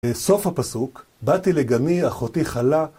בסוף הפסוק, באתי לגני אחותי כלה